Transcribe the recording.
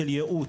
של ייעוץ,